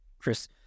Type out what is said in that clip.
Chris